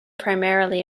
primarily